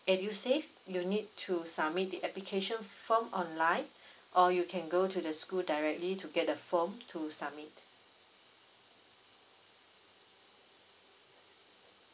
edusave you need to submit the application form online or you can go to the school directly to get the form to submit